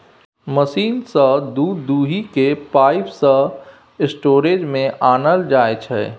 machine सँ दुध दुहि कए पाइप सँ स्टोरेज मे आनल जाइ छै